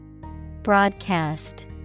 Broadcast